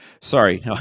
sorry